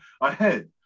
ahead